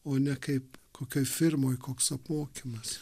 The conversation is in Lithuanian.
o ne kaip kokioj firmoj koks apmokymas